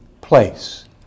place